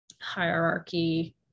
hierarchy